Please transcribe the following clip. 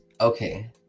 okay